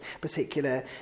particular